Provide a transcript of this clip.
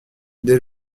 dès